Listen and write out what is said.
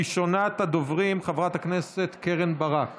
ראשונת הדוברים, חברת הכנסת קרן ברק